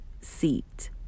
seat